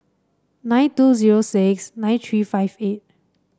nine two zero six nine three five eight